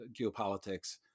geopolitics